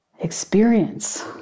Experience